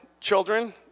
children